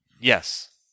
Yes